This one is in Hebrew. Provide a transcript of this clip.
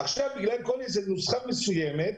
עכשיו, בגלל נוסחה מסוימת,